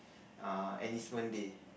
err enlistment day